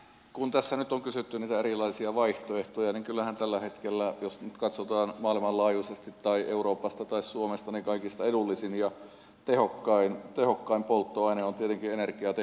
kun tässä nyt on kysytty niitä erilaisia vaihtoehtoja niin kyllähän tällä hetkellä jos nyt katsotaan maailmanlaajuisesti tai euroopasta tai suomesta kaikista edullisin ja tehokkain polttoaine on tietenkin energiatehokkuuden hyväksikäyttö